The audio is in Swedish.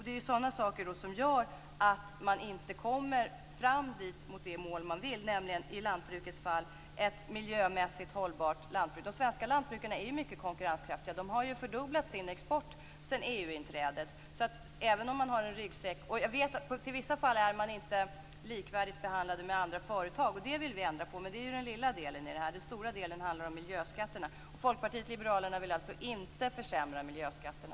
Det är ju sådana saker som gör att man inte når det mål man vill, nämligen i lantbrukets fall ett miljömässigt hållbart lantbruk. De svenska lantbrukarna är ju mycket konkurrenskraftiga. De har ju fördubblat sin export sedan EU-inträdet. Jag vet att de i vissa fall inte är likvärdigt behandlade med andra företag, och det vill vi ändra på. Men det är ju den lilla delen i detta sammanhang. Den stora delen handlar om miljöskatterna. Och Folkpartiet liberalerna vill alltså inte försämra miljöskatterna.